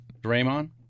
Draymond